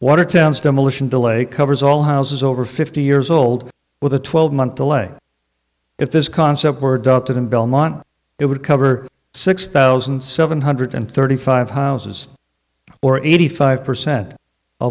watertown's demolition delay covers all houses over fifty years old with a twelve month delay if this concept were adopted in belmont it would cover six thousand seven hundred thirty five houses or eighty five percent o